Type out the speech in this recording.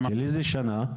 של איזה שנה?